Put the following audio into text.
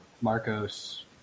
Marcos